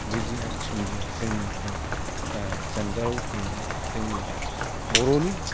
बुजिया सोमजिया जोंनिफ्राय जानगाराव थांनानै जोंनि बर'नि